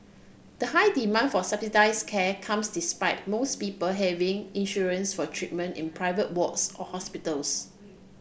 the high demand for subsidised care comes despite most people having insurance for treatment in private wards or hospitals